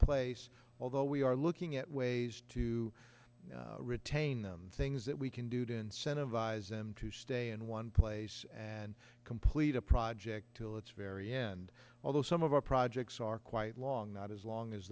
place although we are looking at ways to retain them things that we can do to incentivize them to stay in one place and complete a project till its very end although some of our projects are quite long not as long as